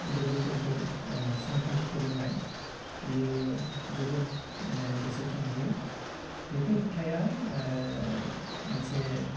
लोगोफोरखौ सानखान्थि फोरोंनाय बियो जोबोद गोसोखांहोयो बेफोर खोथाया मोनसे